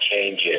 changes